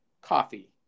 Coffee